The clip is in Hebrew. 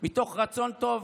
מתוך רצון טוב